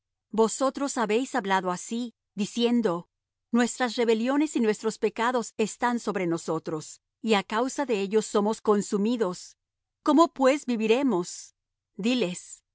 vosotros habéis hablado así diciendo nuestras rebeliones y nuestros pecados están sobre nosotros y á causa de ellos somos consumidos cómo pues viviremos diles